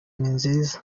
ninziza